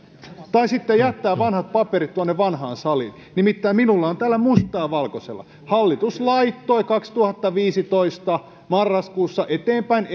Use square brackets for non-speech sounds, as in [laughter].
taisitte jättää vanhat paperit tuonne vanhaan saliin nimittäin minulla on täällä mustaa valkoisella hallitus laittoi kaksituhattaviisitoista marraskuussa eteenpäin [unintelligible]